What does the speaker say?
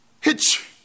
hitch